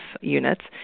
units